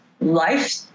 life